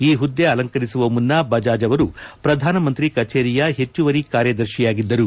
ಈ ಹುದ್ದೆ ಅಲಂಕರಿಸುವ ಮುನ್ನ ಬಜಾಜ್ ಅವರು ಪ್ರಧಾನಮಂತ್ರಿ ಕಚೇರಿಯ ಹೆಚ್ಚುವರಿ ಕಾರ್ಯದರ್ಶಿಯಾಗಿದ್ದರು